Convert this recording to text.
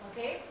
Okay